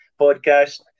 podcast